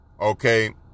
Okay